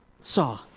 saw